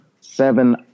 seven